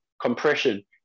compression